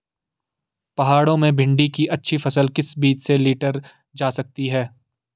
पहाड़ों में भिन्डी की अच्छी फसल किस बीज से लीटर जा सकती है?